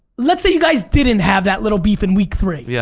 let's say you guys didn't have that little beef in week three. yeah